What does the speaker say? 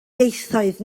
ieithoedd